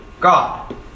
God